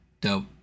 dope